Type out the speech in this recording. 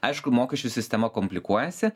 aišku mokesčių sistema komplikuojasi